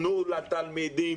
תנו לתלמידים,